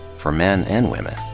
for men, and women.